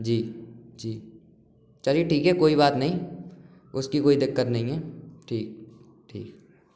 जी जी चलिए ठीक है कोई बात नहीं उसकी कोई दिक्कत नहीं है ठीक ठीक